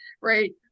right